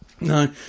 no